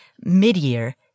mid-year